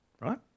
Right